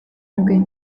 nuke